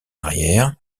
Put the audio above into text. arrière